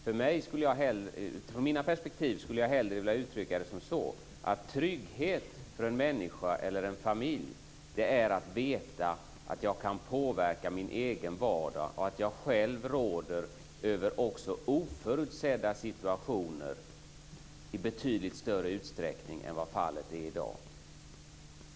Ur mitt perspektiv skulle jag hellre vilja uttrycka det så att trygghet för en människa eller en familj är att veta att man kan påverka sin egen vardag och att man själv råder också över oförutsedda situationer i betydligt större utsträckning än vad fallet är i dag.